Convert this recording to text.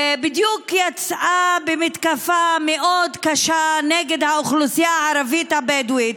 היא בדיוק יצאה במתקפה מאוד קשה נגד האוכלוסייה הערבית הבדואית,